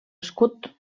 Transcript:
escut